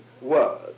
word